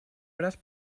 hores